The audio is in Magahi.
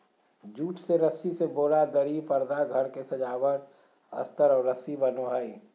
जूट से रस्सी से बोरा, दरी, परदा घर के सजावट अस्तर और रस्सी बनो हइ